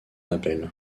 appel